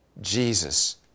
Jesus